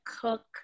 cook